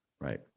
right